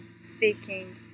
speaking